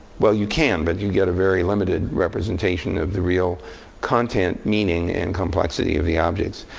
well, you can, but you get a very limited representation of the real content, meaning and, complexity of the objects.